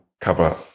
cover